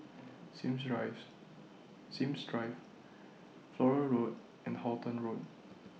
Sims Drive Flora Road and Halton Road